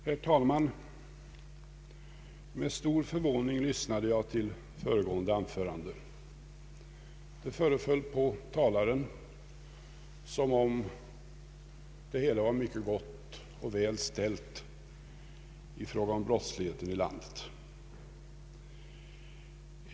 Herr talman! Med stor förvåning lyssnade jag till föregående anförande, Det föreföll på talaren som om det vore gott och väl ställt i fråga om brottsligheten i landet.